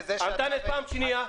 פעם שנייה.